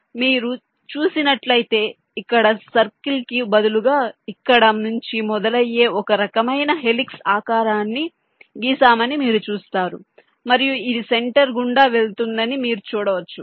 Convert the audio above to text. మీరు చూసినట్లయితే ఇక్కడ సర్కిల్ కి బదులు గా ఇక్కడ నుంచి మొదలయ్యే ఒక రకమైన హెలిక్స్ ఆకారాన్ని గీసామని మీరు చూస్తారు మరియు అది సెంటర్ గుండా వెళ్తుందని మీరు చూడవచ్చు